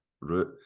route